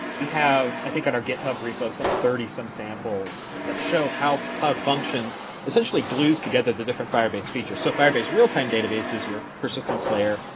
we have, i think on out github repo, some thirty some samples that show how cloud functions essentially glues together the different firebase features. so firebase real-time databases, your persistence layer,